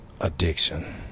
Addiction